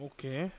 Okay